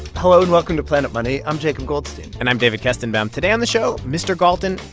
hello, and welcome to planet money. i'm jacob goldstein and i'm david kestenbaum. today on the show, mr. galton,